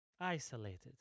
Isolated